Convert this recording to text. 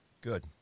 Good